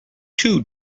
two